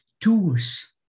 tools